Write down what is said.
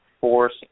force